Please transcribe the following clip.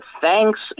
thanks